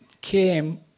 came